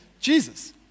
Jesus